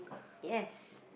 yes